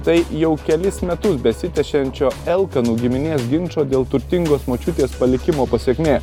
tai jau kelis metus besitęsiančio elkanų giminės ginčo dėl turtingos močiutės palikimo pasekmė